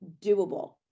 doable